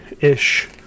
ish